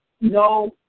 no